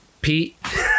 pete